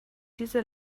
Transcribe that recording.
diese